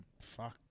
fuck